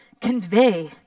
convey